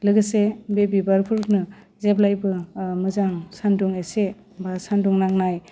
लोगोसे बे बिबार फोरनो जेब्लायबो ओह मोजां सानदुं एसे बा सानदुं नांनाय